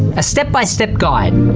a step-by-step guide,